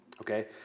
okay